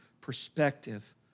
perspective